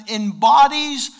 embodies